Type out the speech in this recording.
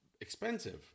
expensive